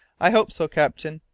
i hope so, captain.